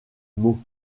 mot